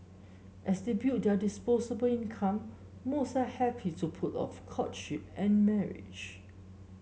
as they build their disposable income most are happy to put off courtship and marriage